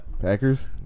Packers